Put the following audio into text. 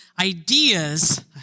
ideas